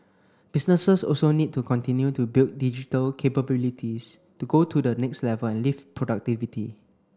businesses also need to continue to build digital capabilities to go to the next level and lift productivity